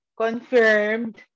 confirmed